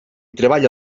treballa